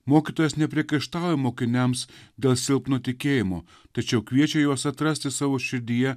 mokytojas nepriekaištauja mokiniams dėl silpno tikėjimo tačiau kviečia juos atrasti savo širdyje